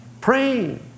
praying